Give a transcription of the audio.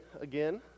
again